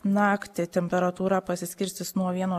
naktį temperatūra pasiskirstys nuo vieno